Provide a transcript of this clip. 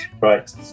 Right